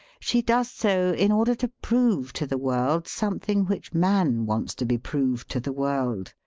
she does so in order to prove to the world something which man wants to be proved to the world.